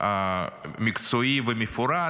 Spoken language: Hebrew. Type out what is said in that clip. מקצועי ומפורט,